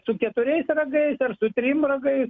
su keturiais ragais ar su trim ragais